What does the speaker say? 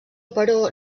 però